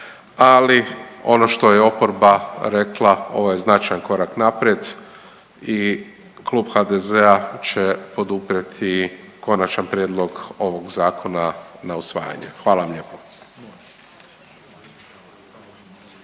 ali ono što je oporba rekla ovo je značajan korak naprijed i Klub HDZ-a će poduprijeti konačan prijedlog ovog zakona na usvajanje, hvala vam lijepo.